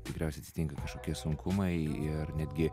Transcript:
tikriausiai atsitinka kažkokie sunkumai ir netgi